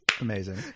amazing